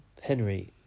Henry